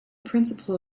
principle